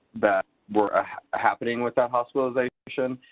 that were ah happening with that hospitalization.